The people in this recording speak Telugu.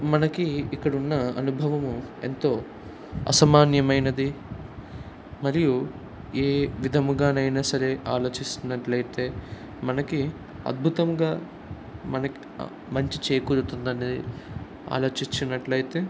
మనకి ఇక్కడ ఉన్న అనుభవం ఎంతో అసమాన్యమైనది మరియు ఏ విధముగానైనా సరే ఆలోచిస్తున్నట్లయితే మనకి అద్భుతంగా మనకి మంచి చేకూరుతుంది అనేది ఆలోచించున్నట్లయితే